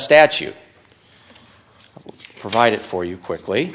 statute provided for you quickly